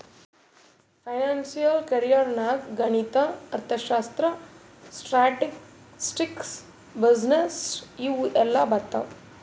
financial career ನಾಗ್ ಗಣಿತ, ಅರ್ಥಶಾಸ್ತ್ರ, ಸ್ಟ್ಯಾಟಿಸ್ಟಿಕ್ಸ್, ಬಿಸಿನ್ನೆಸ್ ಇವು ಎಲ್ಲಾ ಬರ್ತಾವ್